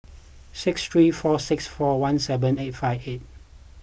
six three four six four one seven eight five eight